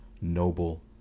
noble